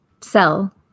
cell